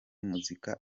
muzika